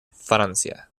francia